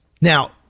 Now